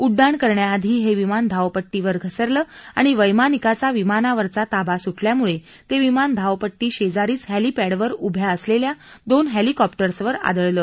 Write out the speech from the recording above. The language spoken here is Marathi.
उड्डाण करण्याआधी हे विमान धावपट्टीवर घसरलं आणि वैमानिकाचा विमानावरचा ताबा सुटल्यामुळे ते विमान धावपट्टीशेजारीच हेलिपेंडवर उभ्या असलेल्या दोन हेलिकॉप्टर्सवर आदळलं